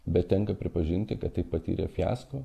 bet tenka pripažinti kad tai patyrė fiasko